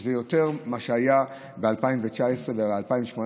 שזה יותר ממה שהיה ב-2019 וב-2018,